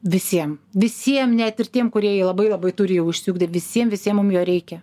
visiem visiem net ir tiem kurie jį labai labai turi jau išsiugdę visiem visiem mum jo reikia